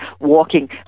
walking